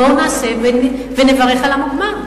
בואו נעשה ונברך על המוגמר.